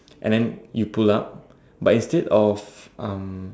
and then you pull up but instead of um